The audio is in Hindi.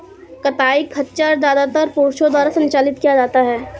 कताई खच्चर ज्यादातर पुरुषों द्वारा संचालित किया जाता था